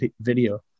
video